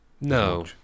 No